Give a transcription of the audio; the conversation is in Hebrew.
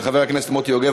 של חבר הכנסת מרדכי יוגב,